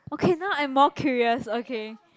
okay now I'm more curious okay